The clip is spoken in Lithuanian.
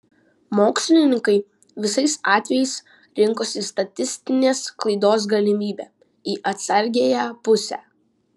mokslininkai visais atvejais rinkosi statistinės klaidos galimybę į atsargiąją pusę